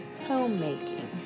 homemaking